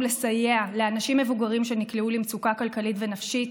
ולסייע לאנשים מבוגרים שנקלעו למצוקה כלכלית ונפשית